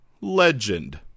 legend